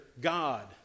God